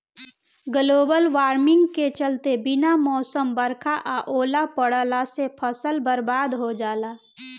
global warming के चलते बिना मौसम बरखा आ ओला पड़ला से फसल बरबाद हो जाला